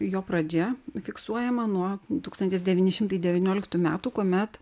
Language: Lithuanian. jo pradžia fiksuojama nuo tūkstantis devyni šimtai devynioliktų metų kuomet